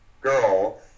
girl